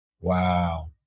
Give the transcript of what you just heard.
Wow